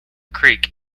creek